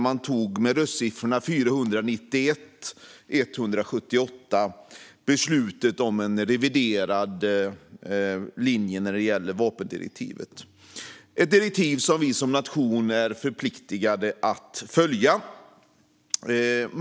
Med röstsiffrorna 491 mot 178 beslutade man då om en reviderad linje för vapendirektivet, ett direktiv som vi som nation är förpliktade att följa.